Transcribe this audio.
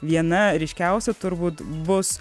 viena ryškiausių turbūt bus